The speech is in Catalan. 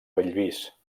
bellvís